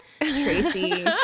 Tracy